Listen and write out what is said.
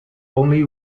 only